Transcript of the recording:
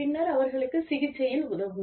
பின்னர் அவர்களுக்கு சிகிச்சையில் உதவுங்கள்